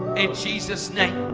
ah jesus' name.